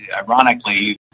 Ironically